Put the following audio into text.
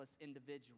individual